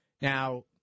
Now